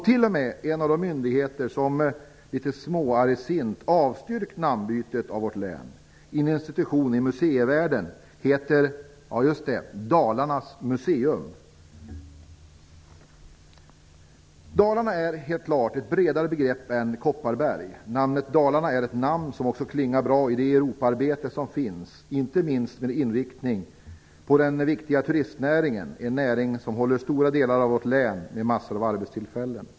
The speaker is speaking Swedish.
T.o.m. en av de myndigheter som litet smått argsint avstyrkt namnbytet av vårt län - en institution i museivärlden - heter, ja, just det, Dalarnas Museum. Dalarna är helt klart ett bredare begrepp än Kopparberg. Namnet Dalarna är ett namn som också klingar bra i Europaarbetet, inte minst med inriktning på den viktiga turistnäringen - en näring som håller stora delar av vårt län med massor av arbetstillfällen.